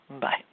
Bye